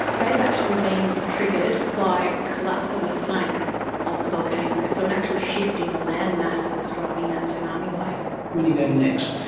they've actually been triggered by collapse of a flank of the volcano, so an actual shift in the land mass that's driving that tsunami wave. when you going next?